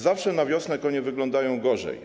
Zawsze na wiosnę konie wyglądają gorzej.